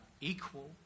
equal